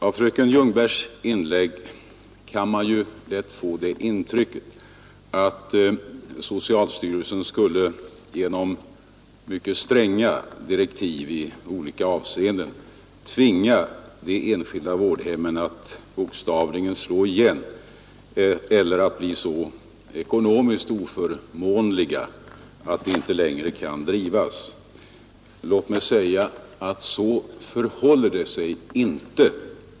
Av fröken Ljungbergs inlägg kan man lätt få intrycket att socialstyrelsen skulle genom mycket stränga direktiv i olika avseenden tvinga de enskilda vårdhemmen att bokstavligen slå igen eller att bli så ekonomiskt oförmånliga att de inte längre kan drivas. Låt mig säga att så förhåller det sig inte.